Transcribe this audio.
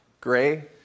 Gray